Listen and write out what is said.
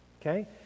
okay